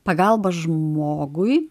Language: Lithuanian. pagalba žmogui